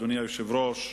אדוני היושב-ראש,